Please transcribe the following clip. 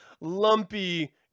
lumpy